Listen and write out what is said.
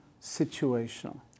situational